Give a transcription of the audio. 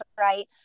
right